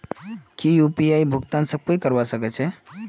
की यु.पी.आई भुगतान सब कोई ई करवा सकछै?